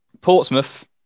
Portsmouth